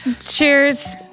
cheers